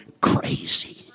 crazy